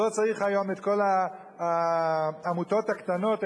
שלא צריך היום את כל העמותות הקטנות,